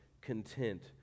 content